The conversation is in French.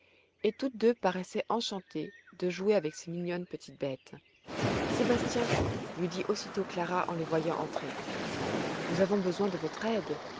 et toutes deux paraissaient enchantées de jouer avec ces mignonnes petites bêtes sébastien lui dit aussitôt clara en le voyant entrer nous avons besoin de votre aide